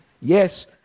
Yes